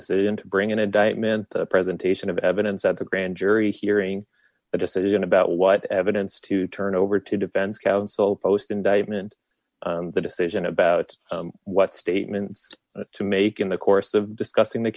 decision to bring an indictment the presentation of evidence at the grand jury hearing the decision about what evidence to turn over to defense counsel post indictment the decision about what statements to make in the course of discussing the